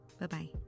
Bye-bye